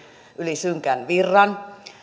yli synkän virran